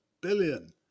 billion